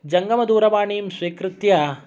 जङ्गमदूरवाणीं स्वीकृत्य